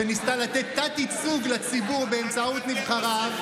שניסתה לתת תת-ייצוג לציבור באמצעות נבחריו.